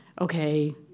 okay